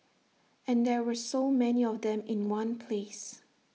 and there were so many of them in one place